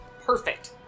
Perfect